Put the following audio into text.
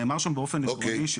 נאמר שם באופן עקרוני,